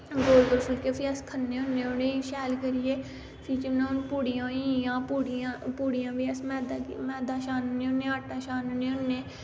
गोल गोल फुल्के फ्ही अस खन्ने होन्ने उनेंई शैल करियै फ्ही जियां हून पुड़ियां होई गेईयां पुड़ियां बी अस मैद्दा छानने होन्ने आटा छानने होन्ने